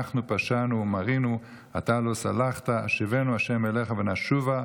נחנו פשענו ומרינו אתה לא סלחת" "השיבנו ה' אליך ונשובה,